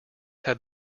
have